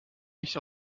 nicht